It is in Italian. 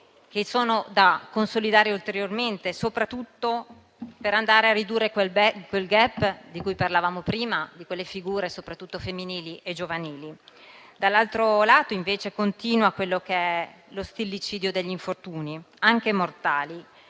che sono da consolidare ulteriormente, soprattutto per andare a ridurre il *gap* di cui parlavamo prima relativo alle figure, soprattutto femminili e giovanili. Dall'altro lato, invece, continua lo stillicidio degli infortuni, anche mortali,